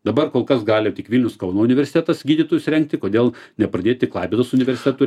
dabar kol kas gali tik vilnius kauno universitetas gydytojus rengti kodėl nepradėti klaipėdos universitetu